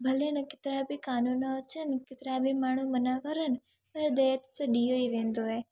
भले न केतिरा बि क़ानून अचनि केतिरा बि माण्हू मना कनि पर दहेज ॾिनो ई वेंदो आहे